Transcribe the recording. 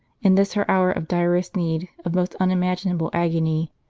in this her hour of direst need, of most unimaginable agony.